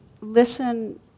listen